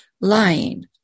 lying